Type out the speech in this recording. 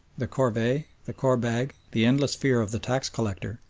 the corvee, the korbag, the endless fear of the tax-collector,